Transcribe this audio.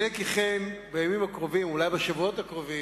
הנה כי כן, בימים הקרובים, אולי בשבועות הקרובים,